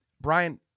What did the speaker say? brian